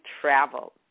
travel